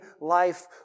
life